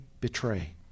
betray